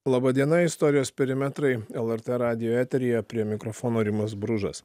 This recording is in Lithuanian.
laba diena istorijos perimetrai lrt radijo eteryje prie mikrofono rimas bružas